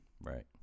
Right